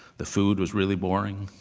the food was really boring.